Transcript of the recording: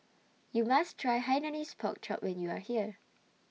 YOU must Try Hainanese Pork Chop when YOU Are here